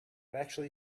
actually